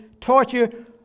torture